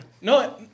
no